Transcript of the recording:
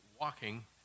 walking